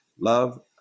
Love